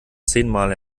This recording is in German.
zehnmal